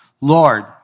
Lord